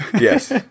yes